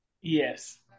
Yes